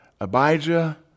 Abijah